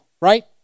right